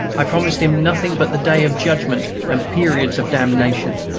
i promised him nothing but the day of judgment and periods of damnation!